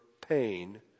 pain